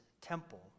temple